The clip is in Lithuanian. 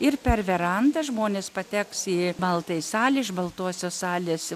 ir per verandą žmonės pateks į baltąją salę iš baltosios salės